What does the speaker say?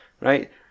Right